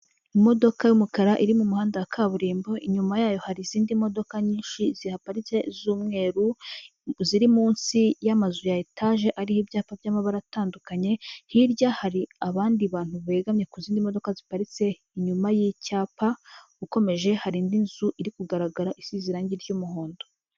Imodoka y'umukara iri mu muhanda wa kaburimbo, inyuma yayo hari izindi modoka nyinshi zihaparitse z'umweru ziri munsi y'amazu ya etaje ariho ibyapa by'amabara atandukanye, hirya hari abandi bantu begamiye ku zindi modoka ziparitse inyuma y'icyapa, ukomeje hari indi nzu iri kugaragara isize irange ry'umuhondo.